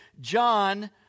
John